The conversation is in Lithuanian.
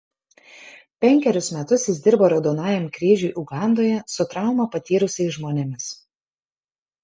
penkerius metus jis dirbo raudonajam kryžiui ugandoje su traumą patyrusiais žmonėmis